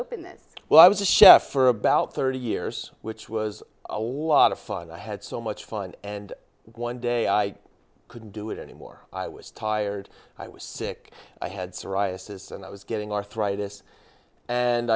open this well i was a chef for about thirty years which was a lot of fun i had so much fun and one day i couldn't do it anymore i was tired i was sick i had psoriasis and i was getting arthritis and